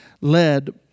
led